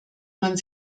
man